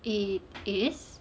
it is